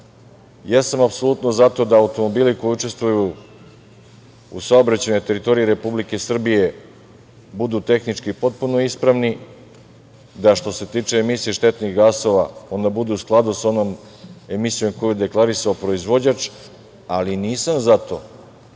ja sam apsolutno za to da automobili koji učestvuju u saobraćajnoj teritoriji Republike Srbije budu tehnički potpuno ispravni, da što se tiče emisije štetnih gasova, ona bude u skladu sa onom emisijom koju je deklarisao proizvođač, ali nisam za to